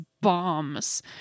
bombs